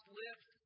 lift